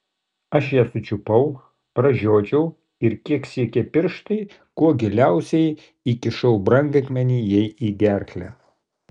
aš ją sučiupau pražiodžiau ir kiek siekė pirštai kuo giliausiai įkišau brangakmenį jai į gerklę